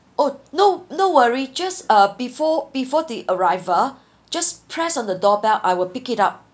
oh no no worry just uh before before the arrival just press on the doorbell I will pick it up